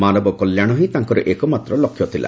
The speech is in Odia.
ମାନବ କଲ୍ୟାଶ ହି ତାଙ୍କର ଏକମାତ୍ର ଲକ୍ଷ୍ୟ ଥିଲା